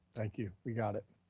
thank you, we got it.